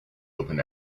open